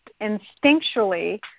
instinctually